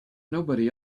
nobody